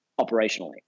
operationally